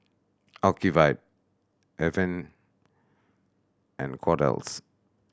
Ocuvite Avene and Kordel's